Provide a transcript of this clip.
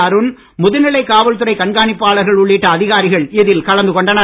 அருண் முதுநிலை காவல்துறை கண்காணிப்பாளர்கள் உள்ளிட்ட அதிகாரிகள் இதில் கலந்து கொண்டனர்